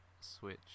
switch